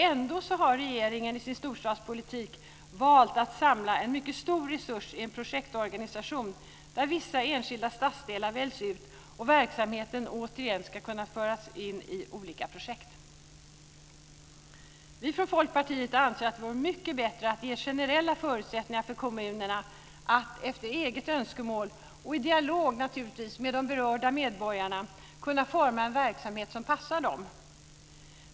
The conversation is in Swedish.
Ändå har regeringen i sin storstadspolitik valt att samla en mycket stor resurs i en projektorganisation där vissa enskilda stadsdelar väljs ut och verksamheten återigen ska kunna föras in i olika projekt. Vi i Folkpartiet anser att det vore mycket bättre att ge generella förutsättningar för kommunerna att efter eget önskemål och i dialog med berörda medborgare kunna forma en verksamhet som passar dem.